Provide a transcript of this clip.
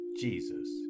Jesus